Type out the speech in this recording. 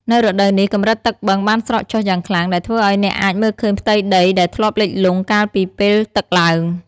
នៅរដូវនេះ កម្រិតទឹកបឹងបានស្រកចុះយ៉ាងខ្លាំង ដែលធ្វើឲ្យអ្នកអាចមើលឃើញផ្ទៃដីដែលធ្លាប់លិចលង់កាលពីពេលទឹកឡើង។